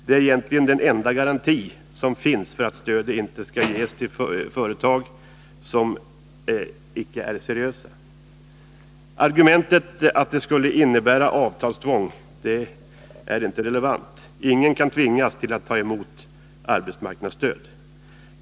Det är egentligen den enda garanti som finns för att stödet inte skall ges till företag som inte är seriösa. Argumentet att det skulle innebära avtalstvång är inte relevant. Ingen kan tvingas att ta emot arbetsmarknadsstöd.